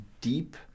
deep